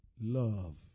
love